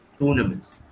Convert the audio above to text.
tournaments